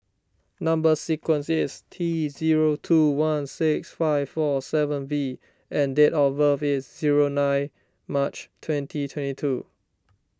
Number Sequence is T zero two one six five four seven V and date of birth is zero nine March twenty twenty two